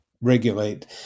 regulate